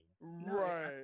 right